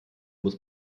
muss